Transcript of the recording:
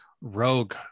rogue